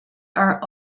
are